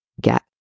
get